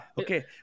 Okay